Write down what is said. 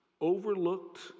overlooked